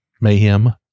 mayhem